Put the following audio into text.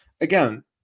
again